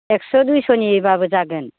एक्स' दुइस'निबाबो जागोन